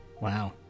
Wow